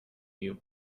you